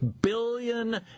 billion